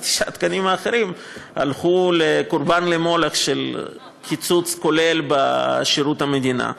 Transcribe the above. ותשעת התקנים האחרים הלכו לקורבן למולך של קיצוץ כולל בשירות המדינה.